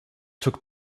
took